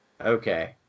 Okay